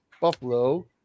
Buffalo